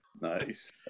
Nice